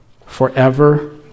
forever